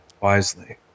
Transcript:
wisely